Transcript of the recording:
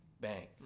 Bang